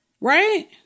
right